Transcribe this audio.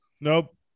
Nope